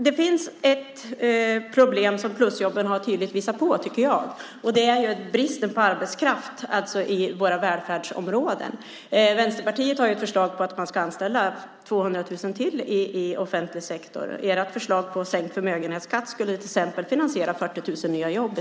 Det finns ett problem som plusjobben tydligt visat på, nämligen bristen på arbetskraft i våra välfärdssystem. Vänsterpartiet föreslår att man ska anställa ytterligare 200 000 i offentlig sektor. Regeringens förslag om sänkt förmögenhetsskatt skulle till exempel kunna finansiera 40 000 nya jobb.